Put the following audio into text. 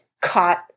caught